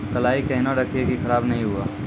कलाई केहनो रखिए की खराब नहीं हुआ?